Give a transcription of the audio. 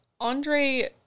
Andre